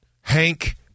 Hank